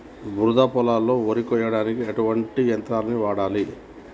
బురద పొలంలో వరి కొయ్యడానికి ఎటువంటి యంత్రాన్ని వాడాలి?